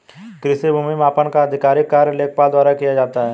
कृषि भूमि मापन का आधिकारिक कार्य लेखपाल द्वारा किया जाता है